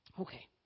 Okay